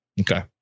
Okay